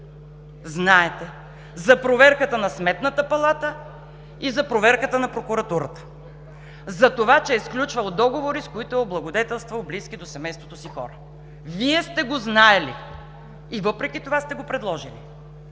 знаете! – за проверката на Сметната палата и за прокуратурата, за това, че е сключвал договори, с които е облагодетелствал близки до семейството си хора? Вие сте го знаели и въпреки това сте го предложили!